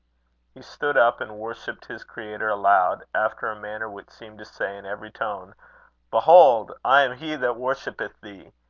he stood up and worshipped his creator aloud, after a manner which seemed to say in every tone behold i am he that worshippeth thee!